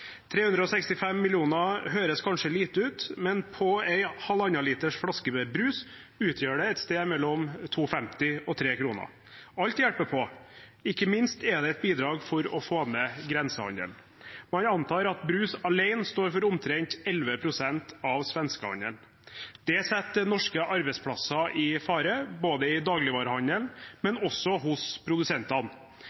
365 mill. kr høres kanskje lite ut, men på en flaske med brus på 1,5 liter utgjør det et sted mellom 2,50 kr og 3 kr. Alt hjelper på, ikke minst er det et bidrag for å få ned grensehandelen. Man antar at brus alene står for omtrent 11 pst. av svenskehandelen. Det setter norske arbeidsplasser i fare både i dagligvarehandelen